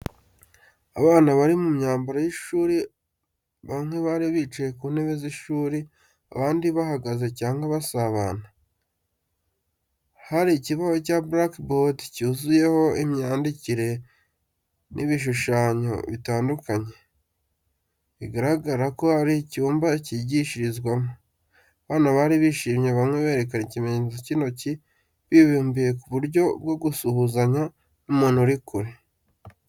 Abana bari mu myambaro y’ishuri bamwe bari bicaye ku ntebe z’ishuri, abandi bahagaze cyangwa basabana. Hari ikibaho cya blackboard cyuzuyeho imyandikire n’ibishushanyo bitandukanye, bigaragara ko ari icyumba cyigishirizwamo. Abana bari bishimye, bamwe berekana ikimenyetso cy' intoki bibumbiye mu buryo bwo gusuhuzanya n'umuntu uri kure.